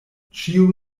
ĉio